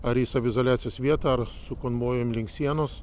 ar į saviizoliacijos vietą su konvojum link sienos